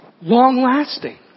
long-lasting